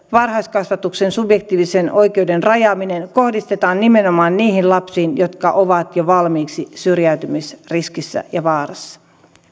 varhaiskasvatuksen subjektiivisen oikeuden rajaaminen kohdistetaan nimenomaan niihin lapsiin jotka ovat jo valmiiksi syrjäytymisriskissä ja vaarassa